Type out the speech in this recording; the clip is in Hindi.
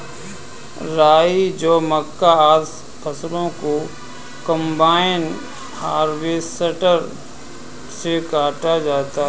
राई, जौ, मक्का, आदि फसलों को कम्बाइन हार्वेसटर से काटा जाता है